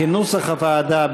כנוסח הוועדה,